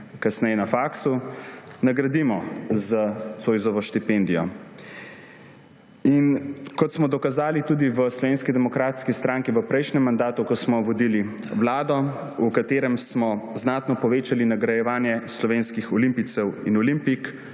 kasneje na faksu, nagradimo s Zoisovo štipendijo. Kot smo dokazali tudi v Slovenski demokratski stranki v prejšnjem mandatu, ko smo vodili Vlado, v katerem smo znatno povečali nagrajevanje slovenskih olimpijcev in olimpijk